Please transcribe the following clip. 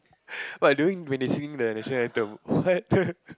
what doing when they singing the national anthem what